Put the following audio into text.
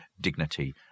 dignity